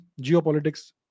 geopolitics